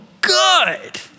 good